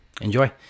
enjoy